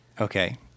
Okay